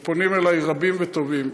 ופונים אליי רבים וטובים,